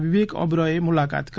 વિવેક ઓબેરોયે મુલાકાત કરી